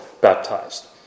baptized